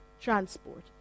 transport